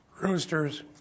roosters